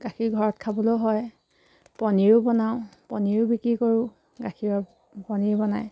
গাখীৰ ঘৰত খাবলৈও হয় পনীৰো বনাওঁ পনীৰো বিক্ৰী কৰোঁ গাখীৰৰ পনীৰ বনায়